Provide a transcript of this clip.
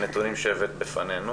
הנתונים שהבאת בפנינו